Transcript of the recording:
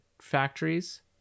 factories